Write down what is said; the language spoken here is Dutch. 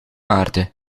aarde